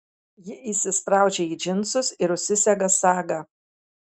ji įsispraudžia į džinsus ir užsisega sagą